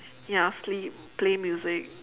ya sleep play music